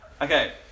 Okay